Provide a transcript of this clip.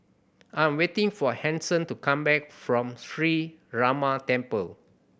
I am waiting for Hanson to come back from Sree Ramar Temple